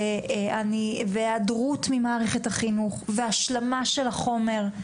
והיעדרות ממערכת החינוך והשלמה של החומר.